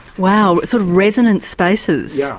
wow. sort of resonant spaces. yeah